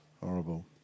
horrible